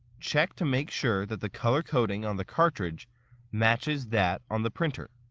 check to make sure that the color coding on the cartridge matches that on the printer.